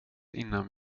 innan